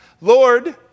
Lord